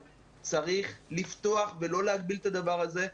צריך לפתוח ולא להגביל את הדבר הזה.